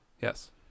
Yes